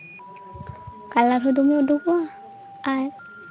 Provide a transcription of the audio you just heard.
colour ᱦᱚᱸ ᱫᱚᱢᱮ ᱩᱰᱩᱠᱚᱜᱼᱟ ᱟᱨ